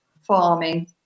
farming